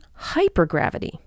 hypergravity